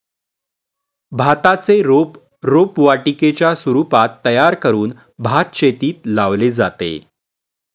भाताचे रोप रोपवाटिकेच्या स्वरूपात तयार करून भातशेतीत लावले जाते